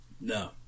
No